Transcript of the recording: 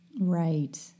Right